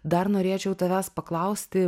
dar norėčiau tavęs paklausti